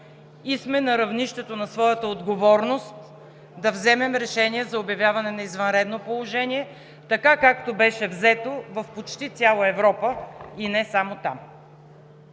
и сме на равнището на своята отговорност да вземем решение за обявяване на извънредно положение, както беше взето в почти цяла Европа, и не само там.